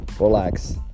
relax